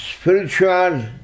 spiritual